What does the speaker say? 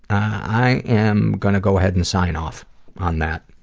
i am gonna go ahead and sign off on that.